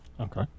Okay